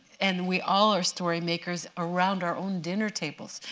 and we all are story makers around our own dinner tables,